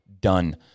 done